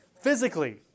Physically